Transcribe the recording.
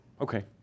Okay